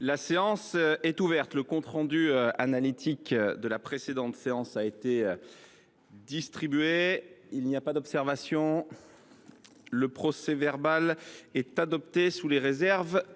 La séance est ouverte. Le compte rendu analytique de la précédente séance a été distribué. Il n’y a pas d’observation ?… Le procès verbal est adopté sous les réserves